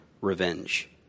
revenge